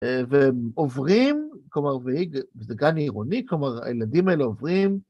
ועוברים, כלומר, זה גן עירוני, כלומר, הילדים האלה עוברים...